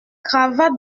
cravates